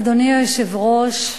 אדוני היושב-ראש,